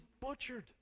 butchered